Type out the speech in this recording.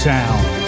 Sound